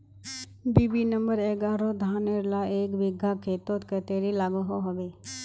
BB number एगारोह धानेर ला एक बिगहा खेतोत कतेरी लागोहो होबे?